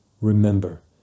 Remember